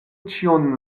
ĉion